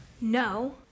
No